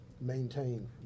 maintain